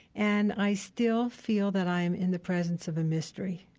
and i still feel that i am in the presence of a mystery,